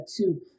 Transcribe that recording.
two